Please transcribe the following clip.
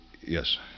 Yes